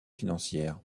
financières